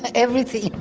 ah everything.